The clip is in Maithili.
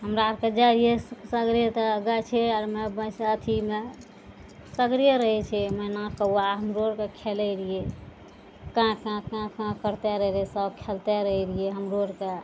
हमरा अरके जाइ रहियै सगरे तऽ गाछे आरमे अथीमे सगरे रहय छै मैना कौआ हमरो अरके खेलय रहियै कैं कैं करते रहय रहय सब खेलते रहय रहियै हमरो अरके